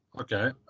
Okay